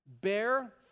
Bear